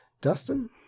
dustin